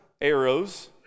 arrows